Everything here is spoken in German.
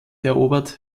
erobert